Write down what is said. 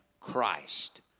Christ